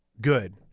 good